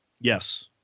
Yes